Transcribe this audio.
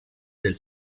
del